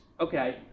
Okay